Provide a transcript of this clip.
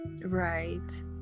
right